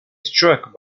struck